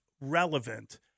Relevant